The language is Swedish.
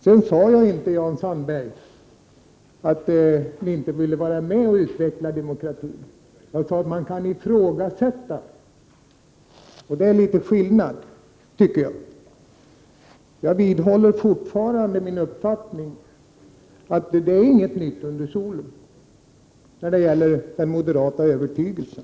Jag sade inte, Jan Sandberg, att ni inte ville vara med och utveckla demokratin. Jag sade att man kan ifrågasätta det, och det är litet skillnad. Jag vidhåller min uppfattning att det är intet nytt under solen när det gäller den moderata övertygelsen.